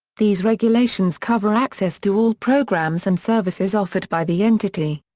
these regulations cover access to all programs and services offered by the entity.